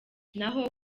naho